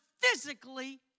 physically